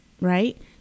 right